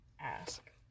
ask